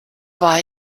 war